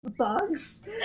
Bugs